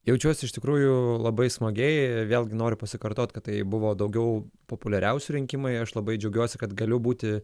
jaučiuosi iš tikrųjų labai smagiai vėlgi noriu pasikartot kad tai buvo daugiau populiariausių rinkimai aš labai džiaugiuosi kad galiu būti